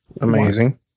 amazing